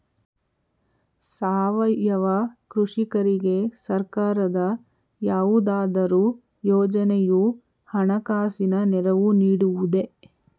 ಸಾವಯವ ಕೃಷಿಕರಿಗೆ ಸರ್ಕಾರದ ಯಾವುದಾದರು ಯೋಜನೆಯು ಹಣಕಾಸಿನ ನೆರವು ನೀಡುವುದೇ?